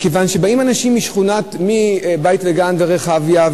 מכיוון שבאים אנשים משכונת בית-וגן ומרחביה,